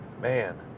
Man